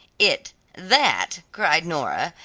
it that, cried nora,